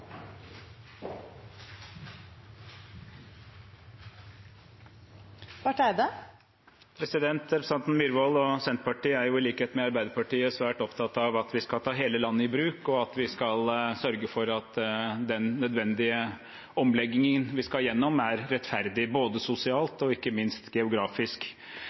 i likhet med Arbeiderpartiet svært opptatt av at vi skal ta hele landet i bruk, og at vi skal sørge for at den nødvendige omleggingen vi skal igjennom, er rettferdig både sosialt og ikke minst geografisk.